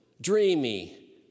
dreamy